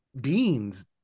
beings